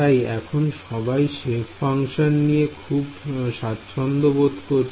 তাই এখন সবাই সেপ ফাংশন নিয়ে খুবই স্বাচ্ছন্দ বোধ করছ